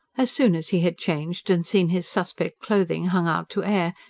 as soon as he had changed and seen his suspect clothing hung out to air,